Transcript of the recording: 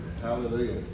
Hallelujah